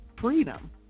freedom